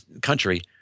country